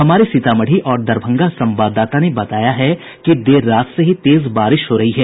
हमारे सीतामढ़ी और दरभंगा संवाददाता ने बताया है कि देर रात से ही तेज बारिश हो रही है